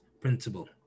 principle